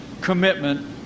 commitment